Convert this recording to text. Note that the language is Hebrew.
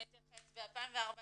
ב-2014